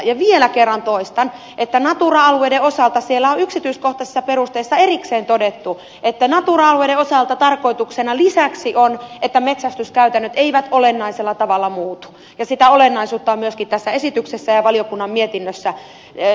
ja vielä kerran toistan että natura alueiden osalta siellä on yksityiskohtaisissa perusteluissa erikseen todettu että natura alueiden osalta tarkoituksena lisäksi on että metsästyskäytännöt eivät olennaisella tavalla muutu ja sitä olennaisuutta on myöskin tässä esityksessä ja valiokunnan mietinnössä käsitelty